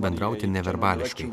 bendrauti neverbališkai